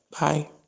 Bye